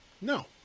No